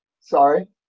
Sorry